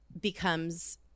becomes